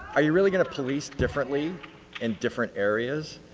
are you really going to police differently in different areas?